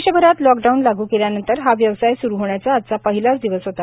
देशभरात लॉकडाऊन लागू केल्यानंतर हा व्यवसाय स्रु होण्याचा आजचा पहिलाच दिवस होता